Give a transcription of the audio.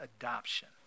adoption